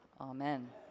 amen